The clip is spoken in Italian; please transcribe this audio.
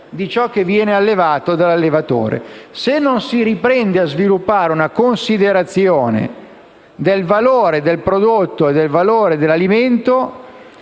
e ciò che viene allevato dall'allevatore. Se non si riprende a sviluppare una considerazione del valore del prodotto e dell'alimento